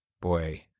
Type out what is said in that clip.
boy